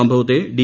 സംഭവത്തെ ഡി